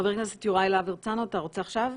חבר הכנסת יוראי להב הרצנו, אתה רוצה עכשיו?